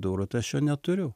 durų tai aš jo neturiu